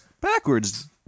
backwards